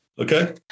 Okay